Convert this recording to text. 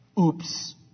Oops